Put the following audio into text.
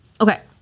okay